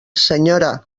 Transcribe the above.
senyora